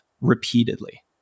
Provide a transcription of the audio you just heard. repeatedly